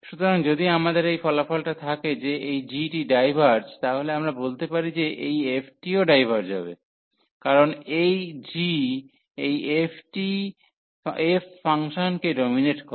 সুতরাং যদি আমাদের এই ফলাফলটা থাকে যে এই g টি ডাইভার্জ তাহলে আমরা বলতে পারি যে এই f টিও ডাইভার্জ হবেস কারণ এই g এই f টি ফাংশনকে ডোমিনেট করে